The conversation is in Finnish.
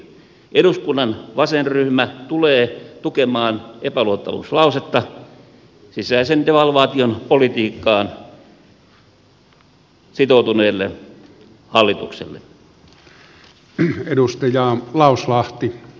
eduskunnan vasenryhmä tulee tukemaan epäluottamuslausetta sisäisen devalvaation politiikkaan sitoutuneelle hallitukselle